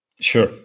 sure